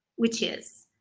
which is.